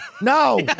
No